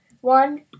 one